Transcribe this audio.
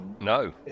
no